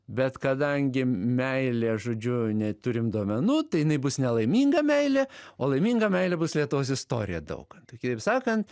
bet kadangi meilė žodžiu neturim duomenų tai jinai bus nelaiminga meilė o laiminga meilė bus lietuvos istorija daukantui kitaip sakant